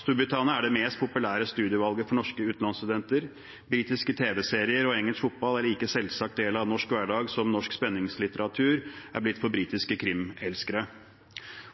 Storbritannia er det mest populære studievalget for norske utenlandsstudenter, og britiske tv-serier og engelsk fotball er en like selvsagt del av norsk hverdag som norsk spenningslitteratur er blitt for britiske krimelskere.